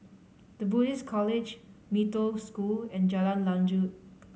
The Buddhist College Mee Toh School and Jalan Lanjut